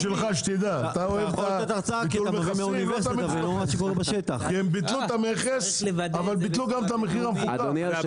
ביטלו את המכס אבל ביטלו גם את המחיר המפוקח.